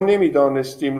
نمیدانستیم